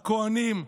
הכוהנים,